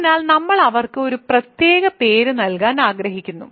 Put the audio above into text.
അതിനാൽ നമ്മൾ അവർക്ക് ഒരു പ്രത്യേക പേര് നൽകാൻ ആഗ്രഹിക്കുന്നു